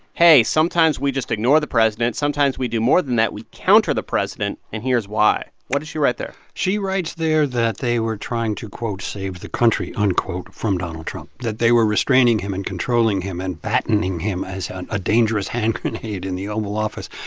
hey, sometimes we just ignore the president sometimes we do more than that we counter the president, and here's why. what did she write there? she writes there that they were trying to, quote, save the country, unquote, from donald trump, that they were restraining him and controlling him and battening him as a dangerous hand grenade in the oval office.